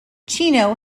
chino